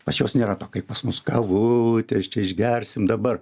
pas juos nėra to kaip pas mus kavutės čia išgersime dabar